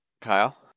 Kyle